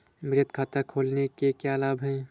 बचत खाता खोलने के क्या लाभ हैं?